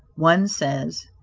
one says,